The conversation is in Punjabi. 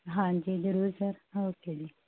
ਹਾਂਜੀ ਜ਼ਰੂਰ ਸਰ ਓਕੇ ਜੀ